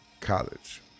College